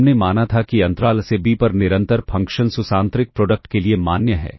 हमने माना था कि अंतराल a से b पर निरंतर फंक्शंस उस आंतरिक प्रोडक्ट के लिए मान्य है